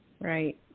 Right